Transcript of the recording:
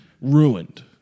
ruined